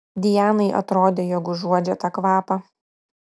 dianai atrodė jog užuodžia tą kvapą